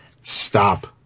stop